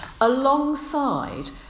Alongside